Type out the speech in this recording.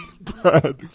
Brad